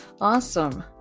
Awesome